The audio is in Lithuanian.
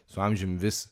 su amžium vis